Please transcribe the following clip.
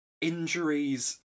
injuries